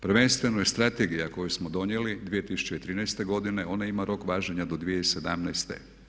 Prvenstveno je strategija koju smo donijeli 2013. godine, ona ima rok važenja do 2017.